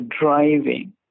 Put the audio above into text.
driving